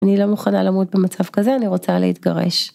אני לא מוכנה למות במצב כזה, אני רוצה להתגרש.